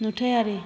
नुथायारि